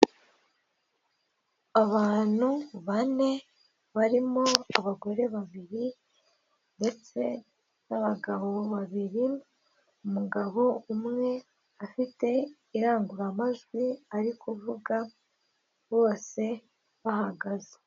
Abantu bane barimo abagore babiri ndetse n'abagabo babiri, umugabo umwe afite irangururamajwi ari kuvuga bose bahagaze.